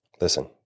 Listen